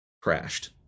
crashed